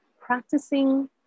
practicing